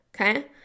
okay